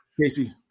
Casey